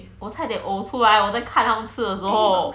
我差点呕出来我在看他们吃的时候